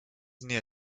near